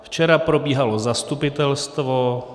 Včera probíhalo zastupitelstvo.